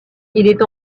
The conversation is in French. est